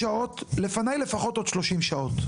לפניי לפחות עוד 30 שעות.